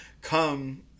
come